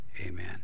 Amen